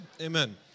Amen